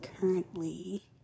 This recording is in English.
currently